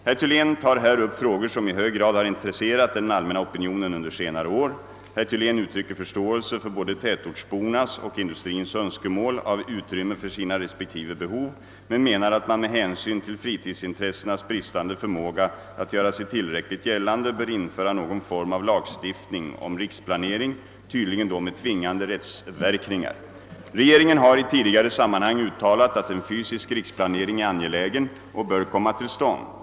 Herr Thylén tar här upp frågor som i hög grad har intresserat den allmänna opinionen under senare år. Herr Thylén uttrycker förståelse för både tätortsbornas och industrins önskemål om ut rymme för sina respektive behov men menar att man med hänsyn till fritidsintressenas bristande förmåga att göra sig tillräckligt gällande bör införa någon form av lagstiftning om riksplanering, tydligen då med tvingande rättsverkningar. Regeringen har i tidigare sammanhang uttalat att en fysisk riksplanering är angelägen och bör komma till stånd.